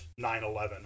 9-11